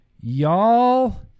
y'all